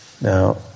Now